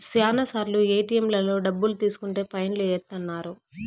శ్యానా సార్లు ఏటిఎంలలో డబ్బులు తీసుకుంటే ఫైన్ లు ఏత్తన్నారు